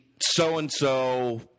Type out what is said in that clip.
so-and-so